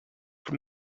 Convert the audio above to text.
from